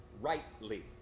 rightly